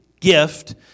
gift